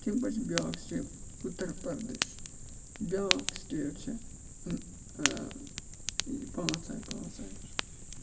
تَمہِ پَتہٕ چھِ بیٛاکھ سٹیٹ اُترپَردیش بیٛاکھ سٹیٹ چھِ یہِ پانٛژھ آے پانٛژھ آے